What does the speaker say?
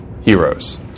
heroes